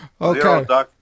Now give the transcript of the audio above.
Okay